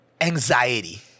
anxiety